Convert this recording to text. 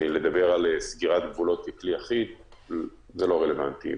לדבר על סגירת גבולות ככלי אחיד זה לא רלוונטי.